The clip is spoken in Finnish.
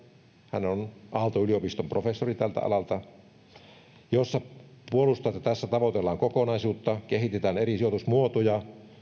hän on aalto yliopiston professori tältä alalta puolustaa että tässä tavoitellaan kokonaisuutta kehitetään eri sijoitusmuotoja